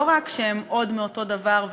לא רק שהם עוד מאותו דבר,